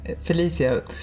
Felicia